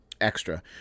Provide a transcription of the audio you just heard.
extra